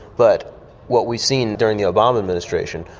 but what we've seen during the obama administration,